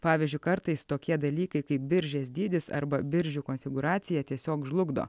pavyzdžiui kartais tokie dalykai kaip biržės dydis arba biržių konfigūracija tiesiog žlugdo